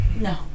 No